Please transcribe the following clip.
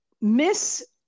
Miss